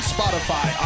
Spotify